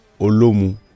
Olomu